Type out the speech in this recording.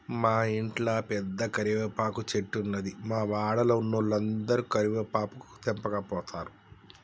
మా ఇంట్ల పెద్ద కరివేపాకు చెట్టున్నది, మా వాడల ఉన్నోలందరు కరివేపాకు తెంపకపోతారు